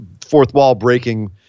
fourth-wall-breaking